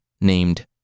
named